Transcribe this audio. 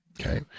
okay